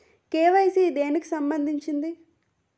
KYC దేనికి సంబందించింది?